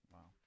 Wow